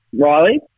Riley